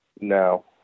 No